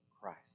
Christ